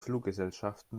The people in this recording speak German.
fluggesellschaften